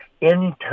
internal